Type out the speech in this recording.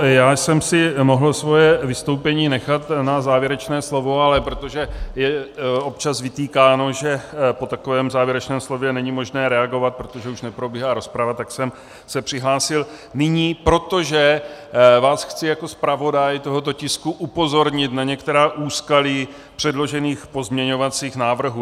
Já jsem si svoje vystoupení mohl nechat na závěrečné slovo, ale protože je občas vytýkáno, že po takovém závěrečném slově není možné reagovat, protože už neprobíhá rozprava, tak jsem se přihlásil nyní, protože vás chci jako zpravodaj tohoto tisku upozornit na některá úskalí předložených pozměňovacích návrhů.